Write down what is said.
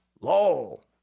Lol